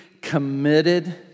committed